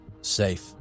safe